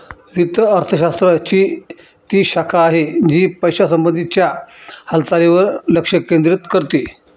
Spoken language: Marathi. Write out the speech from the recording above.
वित्त अर्थशास्त्र ची ती शाखा आहे, जी पैशासंबंधी च्या हालचालींवर लक्ष केंद्रित करते